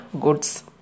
goods